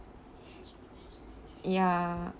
ya